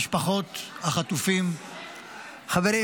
משפחות החטופים --- חברים,